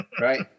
Right